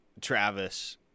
Travis